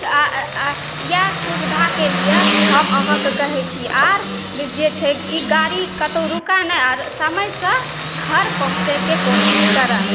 इएह सुविधाकेलिए हम अहाँके कहै छी आओर जे छै ई गाड़ी कतहु रुकै नहि आओर समयसँ घर पहुँचैके कोशिश करै